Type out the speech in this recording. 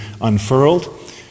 unfurled